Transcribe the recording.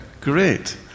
Great